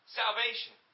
salvation